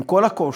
עם כל הקושי,